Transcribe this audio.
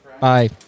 bye